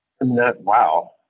Wow